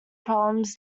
problems